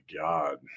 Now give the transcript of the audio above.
God